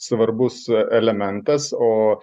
svarbus elementas o